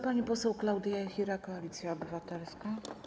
Pani poseł Klaudia Jachira, Koalicja Obywatelska.